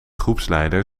groepsleider